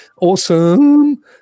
Awesome